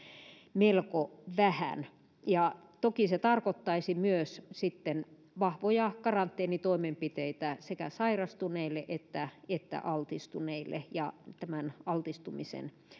melko vähän toki se tarkoittaisi myös sitten vahvoja karanteenitoimenpiteitä sekä sairastuneille että että altistuneille ja altistumisen